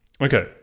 Okay